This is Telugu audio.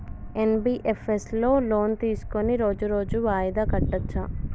ఎన్.బి.ఎఫ్.ఎస్ లో లోన్ తీస్కొని రోజు రోజు వాయిదా కట్టచ్ఛా?